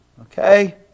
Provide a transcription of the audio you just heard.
Okay